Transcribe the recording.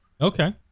Okay